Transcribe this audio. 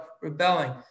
rebelling